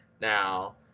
now